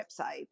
website